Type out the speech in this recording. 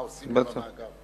מה עושים עם המאגר.